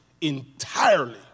entirely